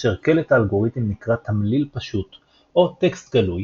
כאשר קלט האלגוריתם נקרא תמליל פשוט או טקסט גלוי